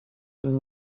and